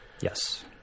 Yes